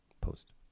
post